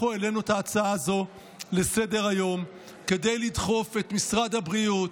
אנחנו העלינו את ההצעה הזאת לסדר-היום כדי לדחוף את משרד הבריאות,